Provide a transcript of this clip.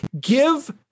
give